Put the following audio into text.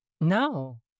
No